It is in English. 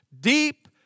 deep